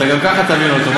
אתה גם ככה תבין אותו.